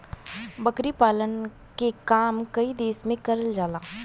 बकरी पालन के काम कई देस में करल जाला